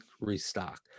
Restock